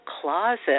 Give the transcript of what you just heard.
closet